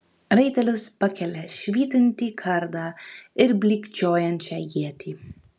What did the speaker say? raitelis pakelia švytintį kardą ir blykčiojančią ietį